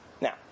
Now